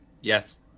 Yes